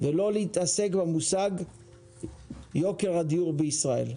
ולא להתעסק במושג "יוקר הדיור בישראל".